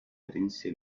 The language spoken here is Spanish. herencia